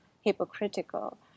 hypocritical